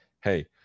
hey